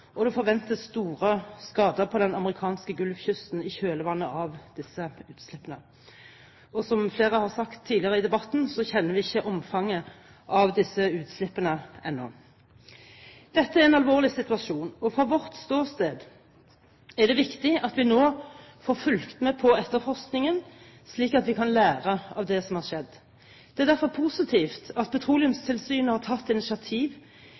og det forventes store skader på den amerikanske golfkysten i kjølvannet av disse utslippene. Og som flere har sagt tidligere i debatten, kjenner vi ikke omfanget av disse utslippene ennå. Dette er en alvorlig situasjon, og fra vårt ståsted er det viktig at vi nå får fulgt med på etterforskningen, slik at vi kan lære av det som har skjedd. Det er derfor positivt at Petroleumstilsynet har tatt initiativ